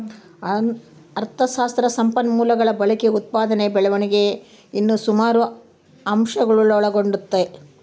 ಅಥಶಾಸ್ತ್ರ ಸಂಪನ್ಮೂಲಗುಳ ಬಳಕೆ, ಉತ್ಪಾದನೆ ಬೆಳವಣಿಗೆ ಇನ್ನ ಸುಮಾರು ಅಂಶಗುಳ್ನ ಒಳಗೊಂಡತೆ